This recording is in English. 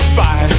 Spy